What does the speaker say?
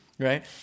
Right